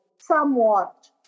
somewhat